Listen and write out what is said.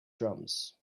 drums